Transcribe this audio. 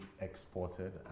exported